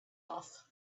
off